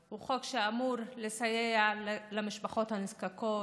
הוא חוק שאמור לסייע למשפחות הנזקקות,